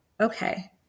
okay